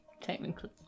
Technically